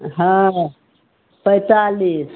हॅं पैतालीस